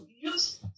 use